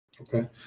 Okay